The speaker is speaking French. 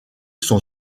sont